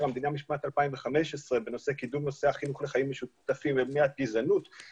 המדינה משנת 2015 בנושא קידום נושא החינוך לחיים משותפים ומניעת גזענות.